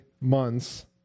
months